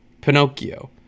Pinocchio